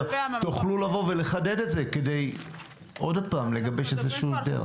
תוכלו לבוא ולחדד את זה כדי לגבש איזושהי דרך.